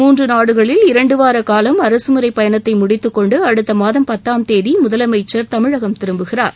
மூன்று நாடுகளில் இரண்டுவார காலம் அரசுமுறை பயணத்தை முடித்துக்கொண்டு அடுத்த மாதம் பத்தாம் தேதி முதலமைச்சர் தமிழகம் திரும்புகிறார்